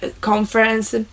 conference